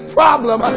problem